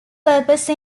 purpose